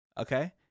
Okay